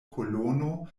kolono